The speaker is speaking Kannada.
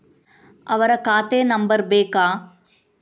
ಅವರ ಖಾತೆ ನಂಬರ್ ಬೇಕಾ?